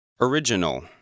Original